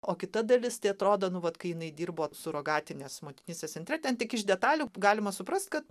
o kita dalis tai atrodo nu vat kai jinai dirbo surogatinės motinystės centre ten tik iš detalių galima suprast kad